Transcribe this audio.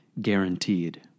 guaranteed